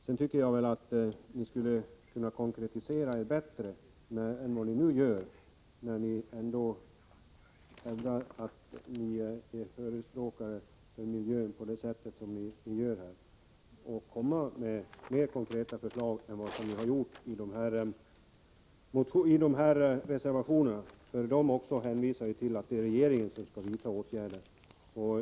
Jag tycker att ni skulle kunna konkretisera er bättre än vad ni nu gör när ni argumenterar för miljön i reservationerna. Där sägs också att det är regeringen som skall vidta åtgärder.